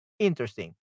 Interesting